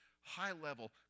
high-level